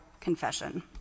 confession